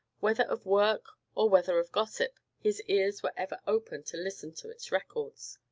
whether of work, or whether of gossip, his ears were ever open to listen to its records.